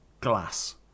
glass